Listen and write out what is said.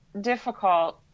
difficult